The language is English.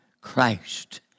Christ